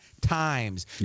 times